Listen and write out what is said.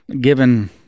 given